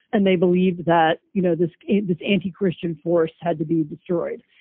and they believed that, you know, this this anti christian force had to be destroyed.